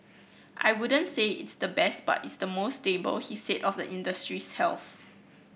I wouldn't say it's the best but it's the most stable he said of the industry's health